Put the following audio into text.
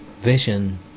Vision